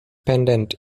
pendant